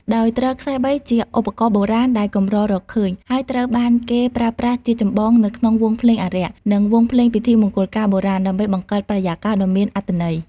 ដោយទ្រខ្សែបីជាឧបករណ៍បុរាណដែលកម្ររកឃើញ ហើយត្រូវបានគេប្រើប្រាស់ជាចម្បងនៅក្នុងវង់ភ្លេងអារក្ស និង វង់ភ្លេងពិធីមង្គលការបុរាណ ដើម្បីបង្កើតបរិយាកាសដ៏មានអត្ថន័យ។